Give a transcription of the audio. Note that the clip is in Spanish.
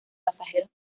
pasajeros